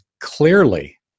Clearly